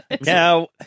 Now